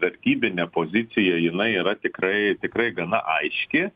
vertybinė pozicija jinai yra tikrai tikrai gana aiški